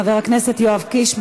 חבר הכנסת יואב קיש.